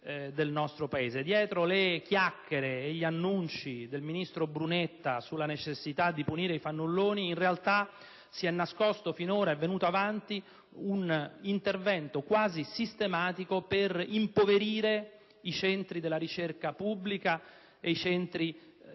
del nostro Paese. Dietro le chiacchiere e gli annunci del ministro Brunetta sulla necessità di punire i fannulloni, in realtà, si è nascosto un intervento quasi sistematico per impoverire i centri della ricerca pubblica e i centri